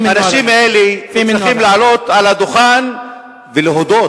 האנשים האלה צריכים לעלות על הדוכן ולהודות